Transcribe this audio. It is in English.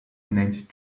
named